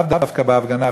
לאו דווקא בהפגנה,